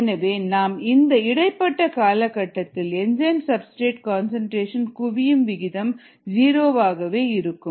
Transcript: எனவே நாம் இந்த இடைப்பட்ட காலகட்டத்தில் என்சைம் சப்ஸ்டிரேட் கன்சன்ட்ரேஷன் குவியும் விகிதம் ஜீரோ வாகவே இருக்கும்